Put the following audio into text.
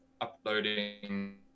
uploading